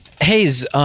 Hayes